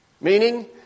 meaning